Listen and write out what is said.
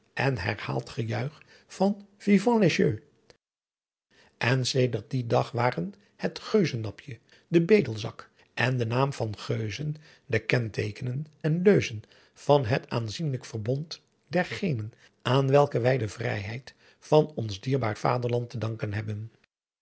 en herhaald gejuich van vivent les gueux en sedert dien dag waren het geuzennapje de bedelzak en de naam van geuzen de kenteekenen en leuzen van het aanzienlijk verbond der genen aan welke wij de vrijheid van ons dierbaar vaderland te danken hebben